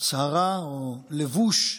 הן הצהרה או לבוש כואב,